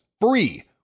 free